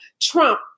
Trump